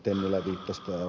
tennilä viittasi